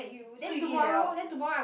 you then tomorrow then tomorrw I going